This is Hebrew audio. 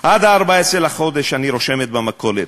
עד 14 לחודש אני רושמת במכולת.